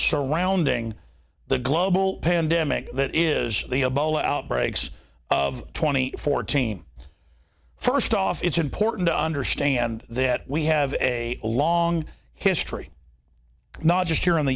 sure rounding the global pandemic that is the a ball outbreaks of twenty four team first off it's important to understand that we have a long history not just here in the